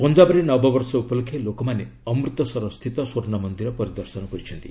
ପଞ୍ଜାବରେ ନବବର୍ଷ ଉପଲକ୍ଷେ ଲୋକମାନେ ଅମୃତସରସ୍ଥିତ ସ୍ୱର୍ଷ୍ଣମନ୍ଦିର ପରିଦର୍ଶନ କରିଛନ୍ତି